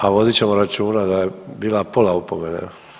A vodit ćemo računa da je bila pola opomene.